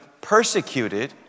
persecuted